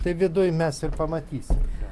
tai viduj mes ir pamatysim ten